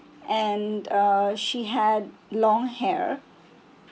and uh she had long hair